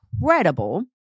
incredible